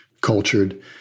cultured